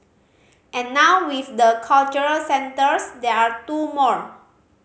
and now with the cultural centres there are two more